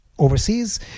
overseas